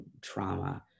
trauma